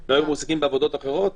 הם לא היו מועסקים בעבודות אחרות,